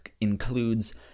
includes